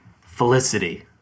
Felicity